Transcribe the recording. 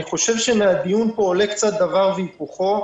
אני חושב שמהדיון פה עולה קצת דבר והיפוכו.